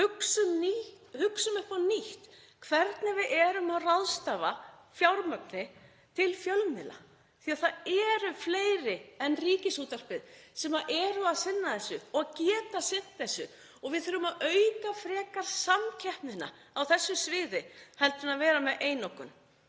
hugsum upp á nýtt hvernig við erum að ráðstafa fjármagni til fjölmiðla. Það eru fleiri en Ríkisútvarpið sem eru að sinna þessu og geta sinnt þessu og við þurfum að auka frekar samkeppnina á þessu sviði heldur en að vera með einokun.